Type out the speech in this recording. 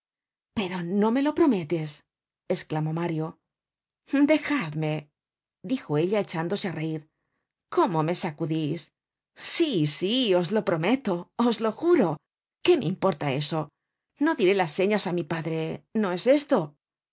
pero no me lo prometes esclamó mario dejadme dijo ella echándose á reir cómo me sacudís sí sí os lo prometo os lo juro qué me importa eso no diré las señasá mi padre no es esto